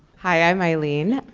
hi, i'm eileen.